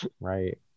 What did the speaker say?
right